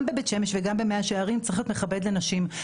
גם בבית שמש וגם במאה שערים צריך להיות מכבד לנשים.